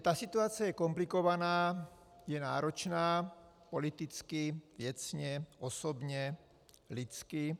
Ta situace je komplikovaná, je náročná politicky, věcně, osobně, lidsky.